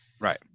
Right